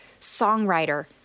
songwriter